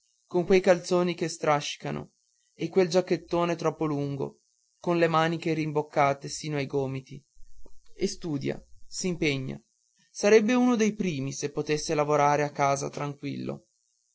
con quei calzoni che strascicano e quel giacchettone troppo lungo con le maniche rimboccate sino ai gomiti e studia s'impegna sarebbe uno dei primi se potesse lavorare a casa tranquillo